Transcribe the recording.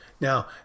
Now